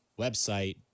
website